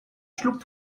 schlug